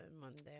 Monday